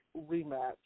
rematch